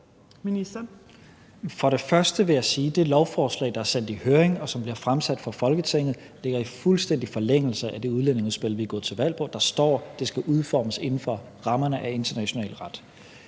For det første vil jeg sige, at det lovforslag, der er sendt i høring, og som bliver fremsat i Folketinget, ligger i fuldstændig forlængelse af det udlændingeudspil, vi er gået til valg på. Der står, at det skal udformes inden for rammerne af international ret.